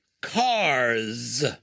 cars